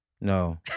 No